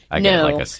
No